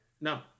No